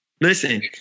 Listen